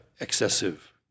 excessive